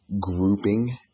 grouping